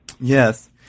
Yes